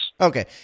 Okay